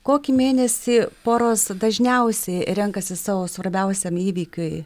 kokį mėnesį poros dažniausiai renkasi savo svarbiausiam įvykiui